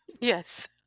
Yes